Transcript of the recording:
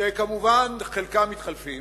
שחלקם כמובן מתחלפים